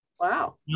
Wow